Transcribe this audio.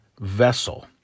vessel